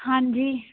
ਹਾਂਜੀ